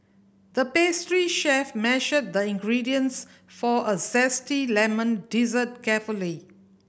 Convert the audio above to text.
the pastry chef measured the ingredients for a zesty lemon dessert carefully